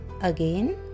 Again